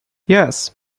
yes